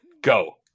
Go